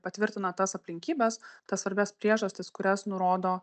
patvirtina tas aplinkybes tas svarbias priežastis kurias nurodo